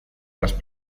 las